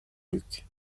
luke